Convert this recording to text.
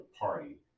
party